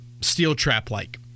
steel-trap-like